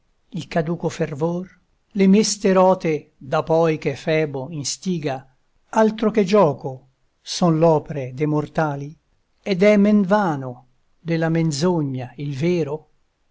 caduco fervor le meste rote da poi che febo instiga altro che gioco son l'opre de mortali ed è men vano della menzogna il vero